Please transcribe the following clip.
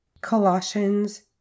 Colossians